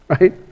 right